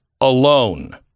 alone